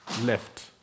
left